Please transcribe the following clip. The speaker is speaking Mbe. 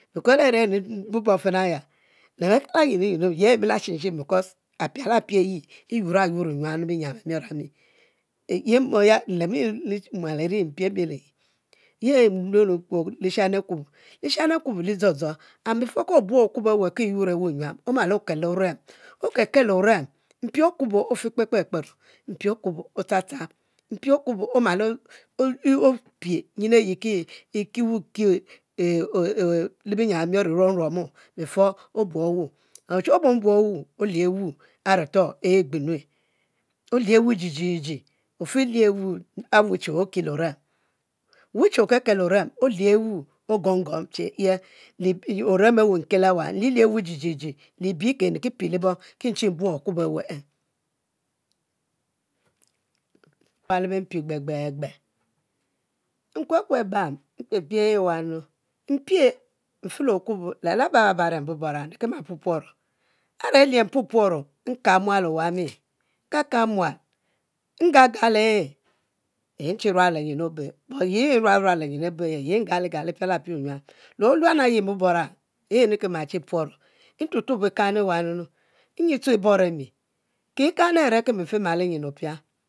A're mbor bor fina aya le beka nyi nu nyinu ye e mila shim shim because apia la pie nyuor nyuam lebiyiam e mior ami ye mbor ye mual eri abi mpie bieli nyin ye nluelo lishani akubo, lishani akubo lu dzodzo, before ki obuon okubo ki e yurue nyuam omal okel orem, okelkel orem mpie okubo ofe kpekpe kpero api okubo o'ctchap etchan mpi oku omal opie e e e kie le binyiam e miir eruom womo before obuo wu and oshe obuong wu olie wu areto ogberue, olie wu jijiji ofi lie wu a're okil orem wu che okekel orem, olie wu oguom guom che, orem awa nkile awa libi ke nriki pie libong nchi buong okubo awe e’ wa le bempi kpekpekpe, mpipie bam, mfe fe wa, mpie mfe le okubo le labababa a're mbobora mpupuro, a're lie mpupuoro nkap mual owami, nkab kab mual ngal gal e'e’ nchi ruab le nyin le obe le yi nrua be benyin le obe but yi ngaligal e’ e rimiri nyuam, le oluena ayi mbubora yi mriki ma ehi puoro ntuob tuob e'kanu wa nyi tue e bore mu ki e kanu a're ki mfe molo nyin ofia